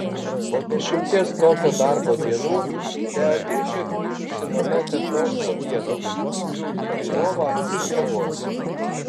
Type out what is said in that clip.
po dešimties tokio darbo dienų beatričė grįžusi namo tetroško vieno griūti į lovą ir miegoti